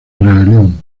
rebelión